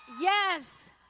yes